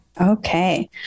Okay